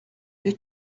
mais